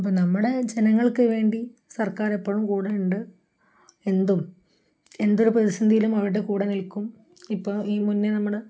അപ്പോള് നമ്മുടെ ജനങ്ങൾക്ക് വേണ്ടി സർക്കാർ എപ്പോഴും കൂടെയുണ്ട് എന്തും എന്തൊരു പ്രതിസന്ധിയിലും അവരുടെ കൂടെ നിൽക്കും ഇപ്പോള് ഈ മുന്നേ നമ്മള്